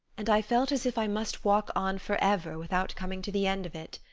and i felt as if i must walk on forever, without coming to the end of it.